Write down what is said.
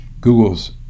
Google's